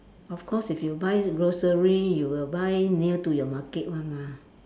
of course if you buy grocery you will buy near to your market one mah